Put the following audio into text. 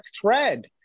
thread